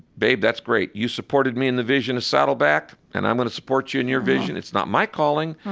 babe, that's great. you supported me in the vision of saddleback, and i'm going to support you in your vision. it's not my calling.